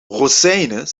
rozijnen